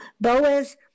Boaz